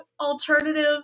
alternative